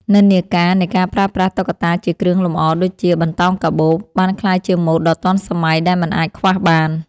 និន្នាការនៃការប្រើប្រាស់តុក្កតាជាគ្រឿងលម្អដូចជា បន្តោងកាបូប បានក្លាយជាម៉ូដដ៏ទាន់សម័យដែលមិនអាចខ្វះបាន។